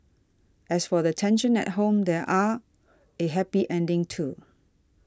as for the tension at home there was a happy ending too